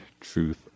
truth